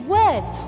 words